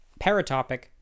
paratopic